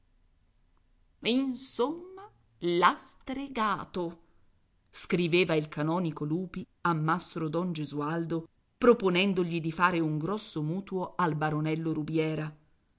d'accostarsi insomma l'ha stregato scriveva il canonico lupi a mastro don gesualdo proponendogli di fare un grosso mutuo al baronello rubiera